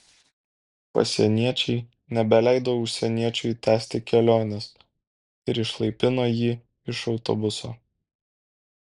pasieniečiai nebeleido užsieniečiui tęsti kelionės ir išlaipino jį iš autobuso